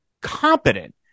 competent